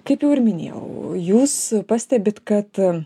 kaip jau ir minėjau jūs pastebit kad